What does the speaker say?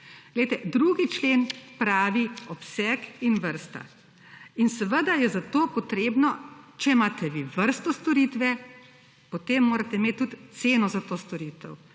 2. člen pravi obseg in vrsta in seveda je za to potrebno, če imate vi vrsto storitve, potem morate imet tudi ceno za to storitev.